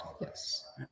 Yes